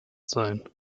sein